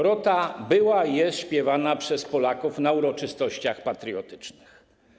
Rota” była i jest śpiewana przez Polaków na uroczystościach patriotycznych.